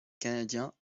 canadien